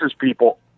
people